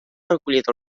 recollit